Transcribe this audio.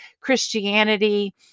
Christianity